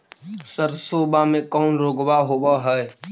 सरसोबा मे कौन रोग्बा होबय है?